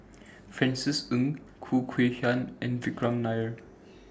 Francis Ng Khoo Kay Hian and Vikram Nair